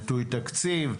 נטוי תקציב.